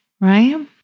Right